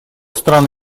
стран